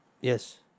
yes